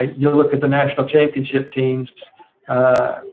ah you look at the national championship teams ah.